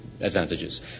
advantages